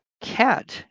cat